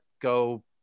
go